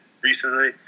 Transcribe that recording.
recently